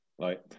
right